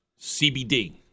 CBD